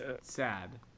sad